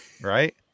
right